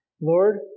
Lord